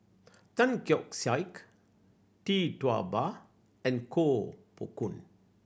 Tan Keong Saik Tee Tua Ba and Koh Poh Koon